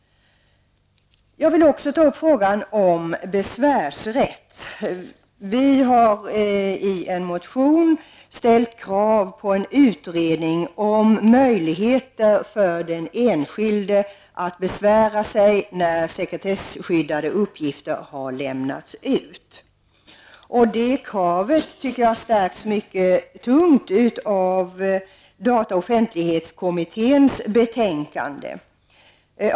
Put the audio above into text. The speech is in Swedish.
Jag vill också ta upp frågan om besvärsrätt. I en motion har vi ställt krav på en utredning om möjligheter för den enskilde att besvära sig när sekretesskyddade uppgifter har lämnats ut. Det kravet tycker jag ytterligare stärks genom data och offentlighetskommitténs betänkande.